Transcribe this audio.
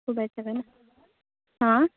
हां